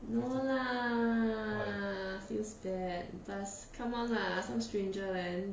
no lah feels bad plus come on lah some stranger man